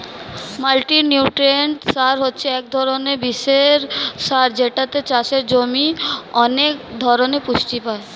multinutrient সার হচ্ছে এক ধরণের বিশেষ সার যেটাতে চাষের জমি অনেক ধরণের পুষ্টি পায়